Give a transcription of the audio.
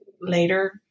later